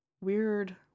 weird